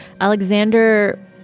Alexander